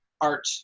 art